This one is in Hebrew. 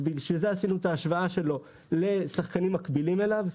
בשביל זה עשינו את ההשוואה שלו לשחקנים מקבילים אליו,